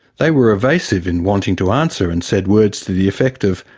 they were evasive in wanting to answer and said words to the effect of,